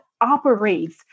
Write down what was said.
operates